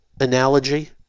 analogy